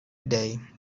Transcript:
day